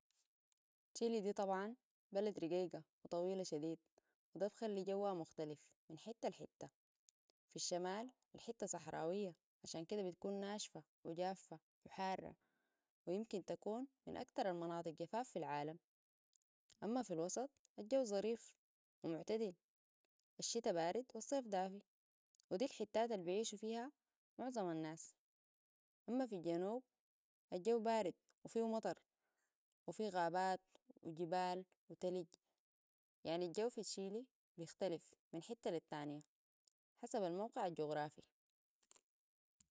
تشيلي دي طبعا بلد رقيقة وطويلة شديد وده بخلي جوها مختلف من حتة الي حتة في الشمال الحتة صحراوية عشان كده بتكون ناشفة وجافة وحارة ويمكن تكون من أكتر المناطق جفاف في العالم أما في الوسط الجو ظريف ومعتدل الشتاء بارد والصيف دافي ودي الحتات اللي بيعيش فيها معظم الناس أما في الجنوب الجو بارد وفيهو مطر وفيهو غابات وجبال وتلج يعني الجو في تشيلي بيختلف من حتة للتانية حسب الموقع الجغرافي